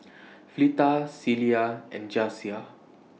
Fleta Celia and Jasiah